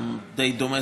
זה די דומה.